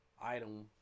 item